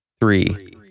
Three